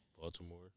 Baltimore